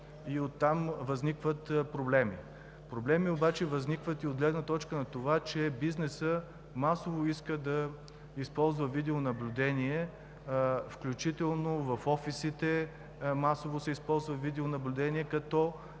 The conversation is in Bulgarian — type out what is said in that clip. Оттам възникват проблемите. Проблеми обаче възникват и от гледна точка на това, че бизнесът масово иска да използва видеонаблюдение – в офисите масово се използва видеонаблюдение. На